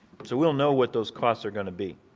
but so we'll know what those costs are going to be.